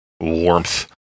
warmth